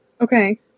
Okay